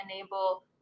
enable